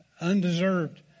undeserved